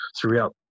throughout